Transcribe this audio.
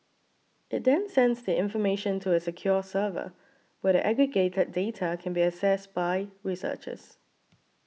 it then sends the information to a secure server where the aggregated data can be accessed by researchers